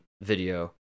video